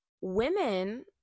women –